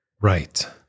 Right